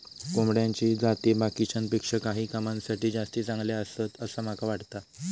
कोंबड्याची जाती बाकीच्यांपेक्षा काही कामांसाठी जास्ती चांगले आसत, असा माका वाटता